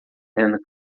and